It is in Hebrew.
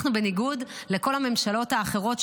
בניגוד לכל הממשלות האחרות,